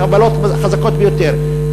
חבלות חזקות ביותר,